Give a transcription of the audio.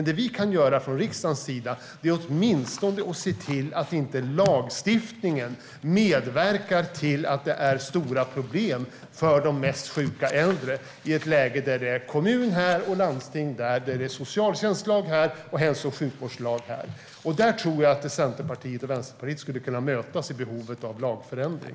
Det vi kan göra från riksdagens sida är att åtminstone se till att lagstiftningen inte medverkar till att det är stora problem för de mest sjuka äldre i ett läge där det är kommun här och landsting där och socialtjänstlag här och hälso och sjukvårdslag där. Jag tror att Centerpartiet och Vänsterpartiet skulle kunna mötas i frågan om behovet av en lagförändring.